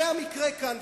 זה המקרה כאן,